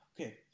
Okay